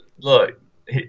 look